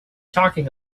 talking